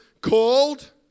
Called